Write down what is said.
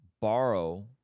borrow